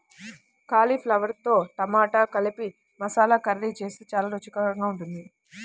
కాలీఫ్లవర్తో టమాటా కలిపి మసాలా కర్రీ చేస్తే చాలా రుచికరంగా ఉంటుంది